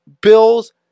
bills